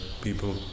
people